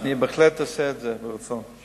אני בהחלט אעשה את זה, ברצון.